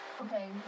Okay